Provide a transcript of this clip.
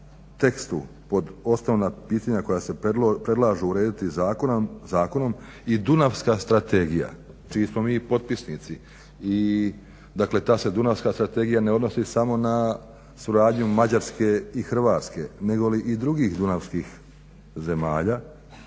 tekstu pod osnovna pitanja koja se predlažu urediti zakonom i Dunavska strategija čiji smo mi potpisnici. Dakle, ta se Dunavska strategija ne odnosi samo na suradnju Mađarske i Hrvatske negoli i drugih dunavskih zemalja,